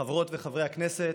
חברות וחברי הכנסת,